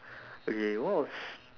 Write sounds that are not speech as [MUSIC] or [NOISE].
[BREATH] okay what was